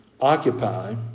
Occupy